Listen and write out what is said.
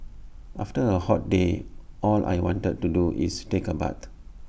after A hot day all I want to do is take A bath